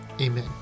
Amen